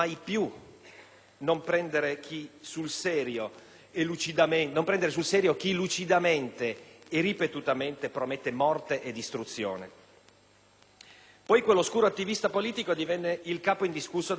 non prendere sul serio chi lucidamente e ripetutamente promette morte e distruzione. Poi quell'oscuro attivista politico divenne il capo indiscusso della Germania